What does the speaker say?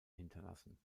hinterlassen